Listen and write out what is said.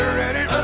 ready